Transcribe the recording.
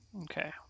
Okay